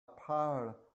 paul